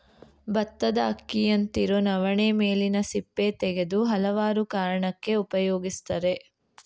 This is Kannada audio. ಬತ್ತದ ಅಕ್ಕಿಯಂತಿರೊ ನವಣೆ ಮೇಲಿನ ಸಿಪ್ಪೆ ತೆಗೆದು ಹಲವಾರು ಕಾರಣಕ್ಕೆ ಉಪಯೋಗಿಸ್ತರೆ